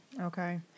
Okay